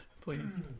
Please